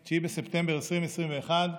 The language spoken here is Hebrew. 9 בספטמבר 2021,